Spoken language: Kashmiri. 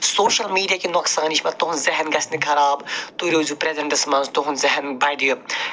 سوشَل میٖڈِیا کہِ نۄقصان یہِ چھِ پتہٕ تُہٕنٛد ذہَن گژھِ نہٕ خراب تُہۍ روٗزیوٗ پرٛٮ۪زٮ۪نٛٹَس منٛز تُہٕنٛد ذہَن بَڑِ